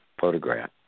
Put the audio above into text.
photograph